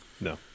no